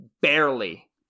barely